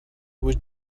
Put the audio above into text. was